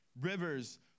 Rivers